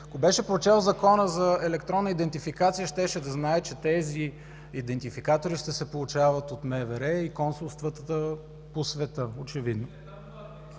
ако беше прочел Закона за електронна идентификация, щеше да знае, че тези идентификатори ще се получават от МВР и консулствата по света.